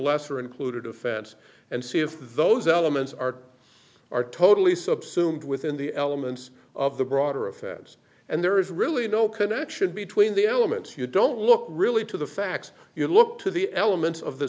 lesser included offense and see if those elements are are totally subsumed within the elements of the broader of feds and there is really no connection between the elements you don't look really to the facts you look to the elements of the